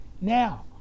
Now